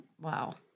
Wow